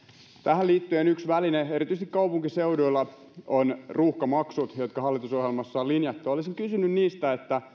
tähän liittyen yksi väline erityisesti kaupunkiseuduilla ovat ruuhkamaksut jotka hallitusohjelmassa on linjattu olisin kysynyt niistä